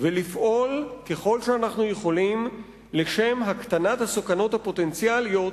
ולפעול ככל שאנחנו יכולים לשם הקטנת הסכנות הפוטנציאליות